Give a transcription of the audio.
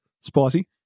spicy